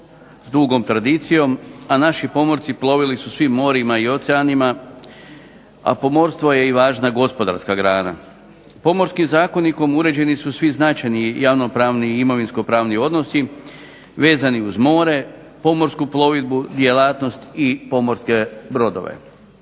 s dugom tradicijom, a naši pomorci plovili su svim morima i oceanima, a pomorstvo je i važna gospodarska grana. Pomorskim zakonikom uređeni su svi značajni javno-pravni i imovinsko-pravni odnosi vezani uz more, pomorsku plovidbu, djelatnost i pomorske brodove.